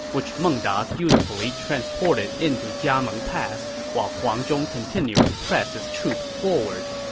which meng da dutifully transported into jiameng pass while huang zhong continued to press his troops forward.